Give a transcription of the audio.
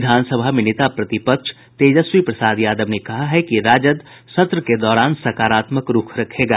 विधानसभा में नेता प्रतिपक्ष तेजस्वी प्रसाद यादव ने कहा है कि राजद सत्र के दौरान सकारात्मक रूख रखेगा